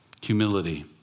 Humility